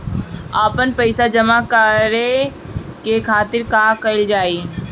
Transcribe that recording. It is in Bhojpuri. आपन पइसा जमा करे के खातिर का कइल जाइ?